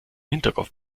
hinterkopf